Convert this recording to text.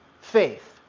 faith